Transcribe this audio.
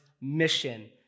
mission